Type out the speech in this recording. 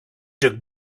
took